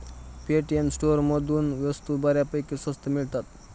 Paytm स्टोअरमधून वस्तू बऱ्यापैकी स्वस्त मिळतात